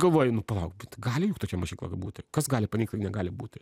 galvojai nu palauk bet gali juk tokia mokykla būti kas gali paneigt kad negali būti